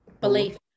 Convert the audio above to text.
Belief